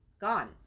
gone